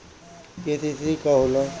KCC का होला?